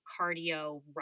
cardio